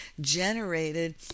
generated